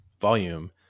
volume